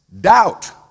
Doubt